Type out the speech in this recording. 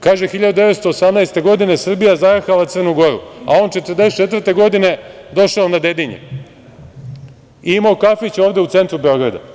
Kaže, 1918. godine Srbija zajahala Crnu Goru, a on 1944. godine došao na Dedinje i imao kafić ovde u centru Beograda.